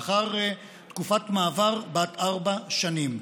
לאחר תקופת מעבר בת ארבע שנים,